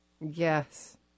Yes